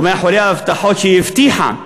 ומאחורי ההבטחות שהיא הבטיחה,